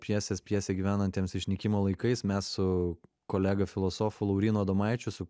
pjesės pjesė gyvenantiems išnykimo laikais mes su kolega filosofu laurynu adomaičiu su